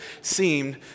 seemed